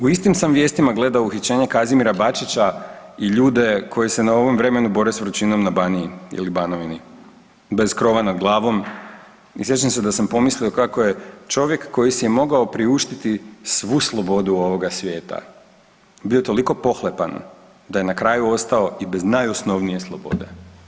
U istim sam vijestima gledao uhićenje Kazimira Bačića i ljude koji se na ovom vremenu bore s vrućinom na Baniji ili Banovina, bez krova nad glavom i sjećam se da sam pomislio kako je čovjek koji si je mogao priuštiti svu slobodu ovoga svijeta bio toliko pohlepan da je na kraju ostao i bez najosnovnije slobode.